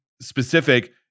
specific